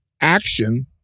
action